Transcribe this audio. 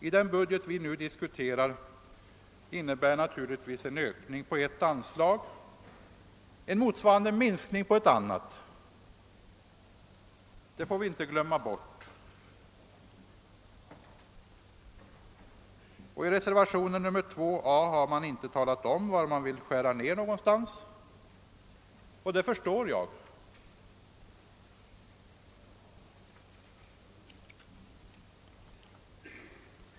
I den budget vi nu diskuterar innebär naturligtvis en ökning av ett anslag en motsvarande minskning på ett annat, det får vi inte glömma bort. Men de som står bakom reservationen 2 a har inte talat om var man skall skära ned, och det kan man ju förstå.